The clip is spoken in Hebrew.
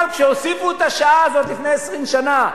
אבל כשהוסיפו את השעה הזאת לפני 20 שנה,